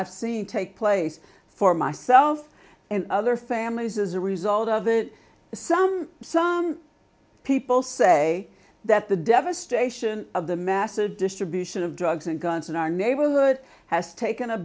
i've seen take place for myself and other families as a result of that some some people say that the devastation of the massive distribution of drugs and guns in our neighborhood has taken a